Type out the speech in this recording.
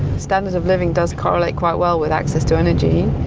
standard of living does correlate quite well with access to energy.